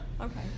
Okay